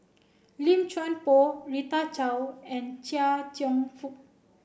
Lim Chuan Poh Rita Chao and Chia Cheong Fook